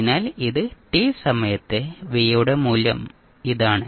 അതിനാൽ ഇത് t സമയത്തെ v യുടെ മൂല്യം ഇതാണ്